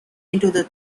into